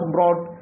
brought